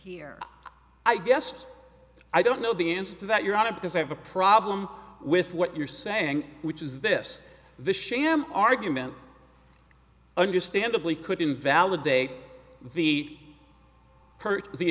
here i guessed i don't know the answer to that you're out of because i have a problem with what you're saying which is this the sham argument understandably could invalidate the